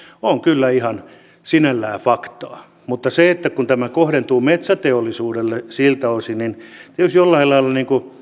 on kyllä ihan sinällään faktaa mutta kun tämä kohdentuu metsäteollisuudelle siltä osin niin jollain lailla